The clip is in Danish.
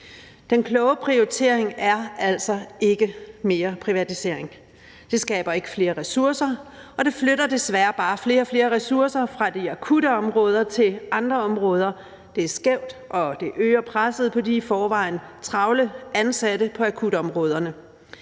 Den kloge prioritering er altså ikke mere privatisering. Det skaber ikke flere ressourcer, og det flytter desværre bare flere og flere ressourcer fra de akutte områder til andre områder. Det er skævt, og det øger presset på de i forvejen travle ansatte på akutområderne.